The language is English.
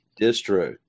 distro